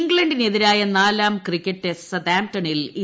ഇംഗ്ലണ്ടിനെതിരായ നാലാം cricket test സതാംപ്ടണിൽ ഇന്ന് മുതൽ